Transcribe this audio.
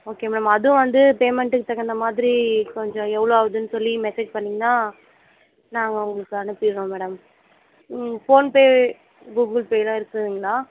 okay madam அதுவும் வந்து பேமெண்ட்டுக்கு தகுந்த மாதிரி கொஞ்சம் எவ்வளோ ஆகுதுன் சொல்லி மெசேஜ் பண்ணிங்கனா நாங்கள் உங்களுக்கு அனுப்பிடுறோம் மேடம் ம் ஃபோன்பே கூகுள்பேலாம் இருக்குதுங்களா